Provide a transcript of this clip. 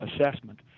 assessment